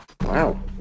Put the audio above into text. Wow